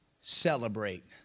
celebrate